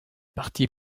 partis